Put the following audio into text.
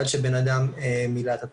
עד שהוא מילא את הטופס.